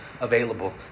available